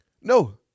No